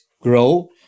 grow